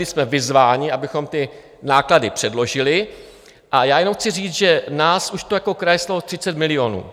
Byli jsme vyzváni, abychom ty náklady předložili, a já jenom chci říct, že nás už to jako kraje stálo 30 milionů.